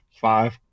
Five